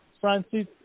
Francis